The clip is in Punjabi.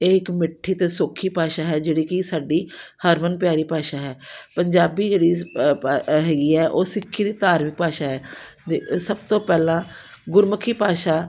ਇਹ ਇਕ ਮਿੱਠੀ ਅਤੇ ਸੌਖੀ ਭਾਸ਼ਾ ਹੈ ਜਿਹੜੀ ਕਿ ਸਾਡੀ ਹਰਮਨ ਪਿਆਰੀ ਭਾਸ਼ਾ ਹੈ ਪੰਜਾਬੀ ਜਿਹੜੀ ਪ ਪ ਹੈਗੀ ਹੈ ਉਹ ਸਿੱਖੀ ਦੀ ਧਾਰਮਿਕ ਭਾਸ਼ਾ ਹੈ ਸਭ ਤੋਂ ਪਹਿਲਾਂ ਗੁਰਮੁਖੀ ਭਾਸ਼ਾ